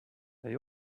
they